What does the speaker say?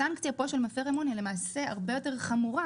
הסנקציה פה של מפר אמון היא למעשה הרבה יותר חמורה